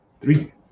Three